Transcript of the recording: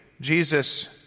Jesus